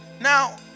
Now